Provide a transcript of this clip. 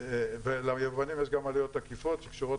ליבואנים יש גם עלויות עקיפות שקשורות